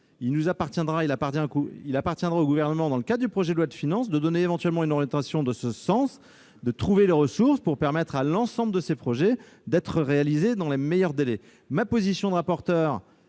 il appartiendra au Gouvernement, dans le cadre du projet de loi de finances, de donner éventuellement une orientation en ce sens, de trouver les ressources pour permettre à l'ensemble de ces projets d'être réalisés dans les meilleurs délais. Ma position en tant